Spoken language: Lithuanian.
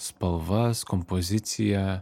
spalvas kompoziciją